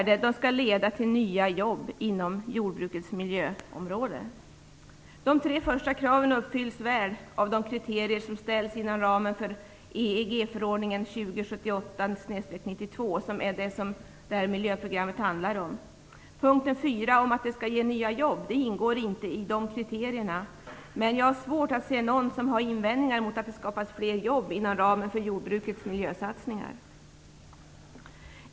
De skall leda till nya jobb inom jordbruksområdet. De tre första kraven uppfylls väl av de kriterier som ställs inom ramen för EEG-förordningen 2078/92, som berör miljöprogrammet. Punkten fyra om nya jobb ingår inte i de kriterierna. Men jag har svårt att se att det finns invändningar mot att det skapas fler jobb inom ramen för jordbrukets miljösatsningar.